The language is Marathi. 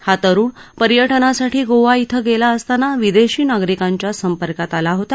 हा तरुण पर्यटनासाठी गोवा इथं गेला असताना विदेशी नागरिकांच्या संपर्कात आला होता